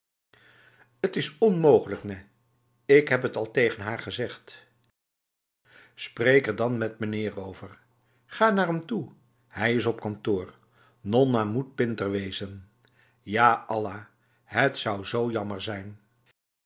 het is onmogelijk nèh ik heb het al tegen haar gezegd spreek er dan met mijnheer over ga naar hem toe hij is op t kantoor nonna moet pinter wezen jaallah het zou zo jammer zijn